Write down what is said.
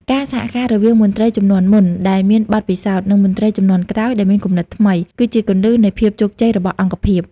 ការសហការរវាងមន្ត្រីជំនាន់មុនដែលមានបទពិសោធន៍ និងមន្ត្រីជំនាន់ក្រោយដែលមានគំនិតថ្មី គឺជាគន្លឹះនៃភាពជោគជ័យរបស់អង្គភាព។